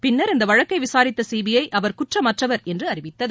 பின்னர் இந்த வழக்கை விசாரித்த சிபிறு அவர் குற்றமற்றவர் என்று அறிவித்தது